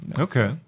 Okay